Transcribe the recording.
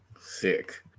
sick